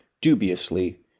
dubiously